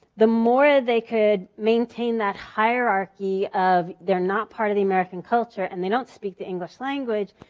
the more they could maintain that hierarchy of their not part of the american culture and they don't speak the english language,